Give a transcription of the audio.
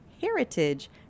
Heritage